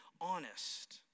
honest